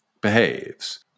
behaves